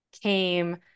came